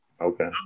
Okay